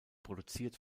produziert